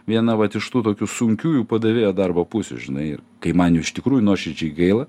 viena vat iš tų tokių sunkiųjų padavėjo darbo pusių žinai ir kai man jų iš tikrųjų nuoširdžiai gaila